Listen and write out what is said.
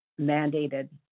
mandated